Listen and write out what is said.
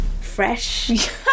fresh